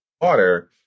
water